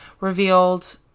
revealed